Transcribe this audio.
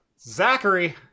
Zachary